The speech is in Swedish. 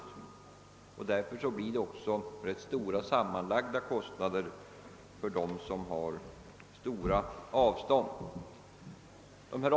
Därför blir det rätt betydande sammanlagda kostnader för dem som arbetar på stort avstånd från en centralinstans.